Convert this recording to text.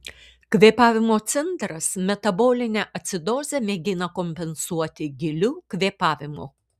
kvėpavimo centras metabolinę acidozę mėgina kompensuoti giliu kvėpavimu